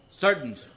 Certain